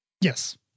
Yes